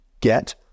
get